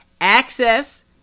Access